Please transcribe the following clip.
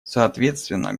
соответственно